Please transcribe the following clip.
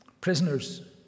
Prisoners